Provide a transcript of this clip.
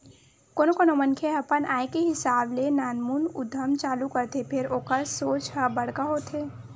कोनो कोनो मनखे ह अपन आय के हिसाब ले नानमुन उद्यम चालू करथे फेर ओखर सोच ह बड़का होथे